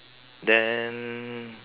then